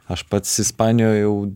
aš pats ispanijoj jau